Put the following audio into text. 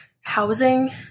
housing